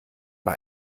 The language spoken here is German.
bei